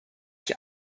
ich